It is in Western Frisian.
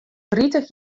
tritich